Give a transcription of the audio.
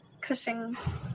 Cushing's